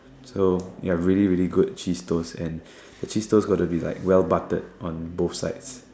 so ya really really good cheese toast and the cheese toast got to be like well buttered on both sides